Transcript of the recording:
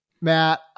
Matt